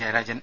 Jayarajan